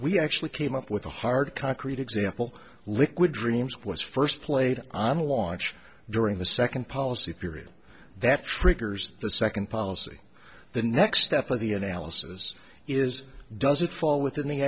we actually came up with a hard concrete example liquid dreams was first played on a launch during the second policy period that triggers the second policy the next step of the analysis is does it well within the